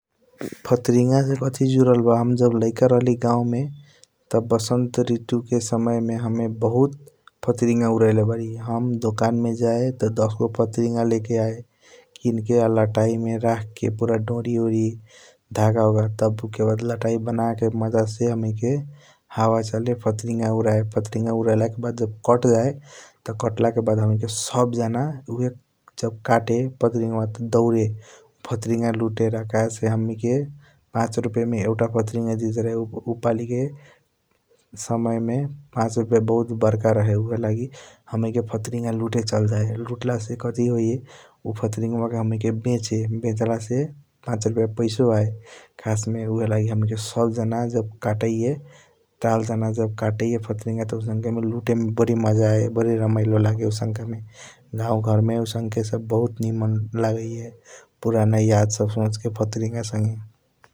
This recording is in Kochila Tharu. फटरिंग से कथी जूदल बा हम जब लाइक राहली गऊ मे त बसत रितु के समय मे हमे बहुत फटरिंग उड़ेले बारी । हम दोकन मे जय त दस गो फटरिंग लेके आया किन के आ लतैई मे रकह के पूरा डोरी ओरई धागा ओग तब उके बाद लथाई बाँके । मज़ासे हमीके हवा चले फटरिंग उदय फटरिंग उआड़ेल के बाद जब कट जय कतला के बाद हणीके सब जाना उआहाय जब कैट त सब जाना दौरे । फटरिंग लूट लाए कहेसे हमीनीके पाच रुपया मे एउटा फटरिंग दीता रहे उ पालि के समय मे पाच रुपैया बहुत बरका रहे ऊहएलगी । हमीके फटरिंग लूट चल जय लूट ला से कथी होई उ फटरिंग व के हम्नीके बेचे बेचाल से पाच रुपैया पैसा आया खसस मे ऊहएलगी हमनी के सब जाना कटैया ताल जाना जब कटैया । फटरिंग लूट मे बारी मज़ा आया बारी रमाइलो लागैया आउसनका मे गऊ घर मे आउंसके सब बहुत निमन लागैया पूरा एड सब सोच के फटरिंग संगे ।